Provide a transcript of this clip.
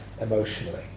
emotionally